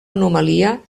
anomalia